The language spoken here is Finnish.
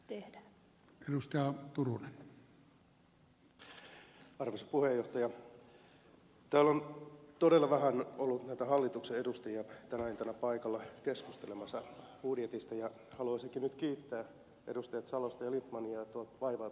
täällä on todella vähän ollut näitä hallituksen edustajia tänä iltana paikalla keskustelemassa budjetista ja haluaisinkin nyt kiittää edustaja salosta ja edustaja lindtmania että ovat vaivautuneet keskustelemaan täällä